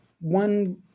one